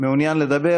מעוניין לדבר.